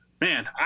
man